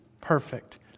perfect